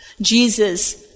Jesus